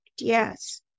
yes